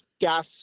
gas